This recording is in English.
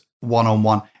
one-on-one